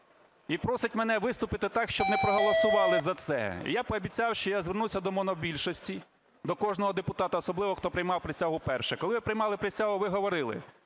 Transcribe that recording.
І просить мене виступити так, щоб не проголосували за це. Я пообіцяв, що я звернув до монобільшості, до кожного депутата, особливо хто приймав присягу вперше. Коли ви приймали присягу ви говорили: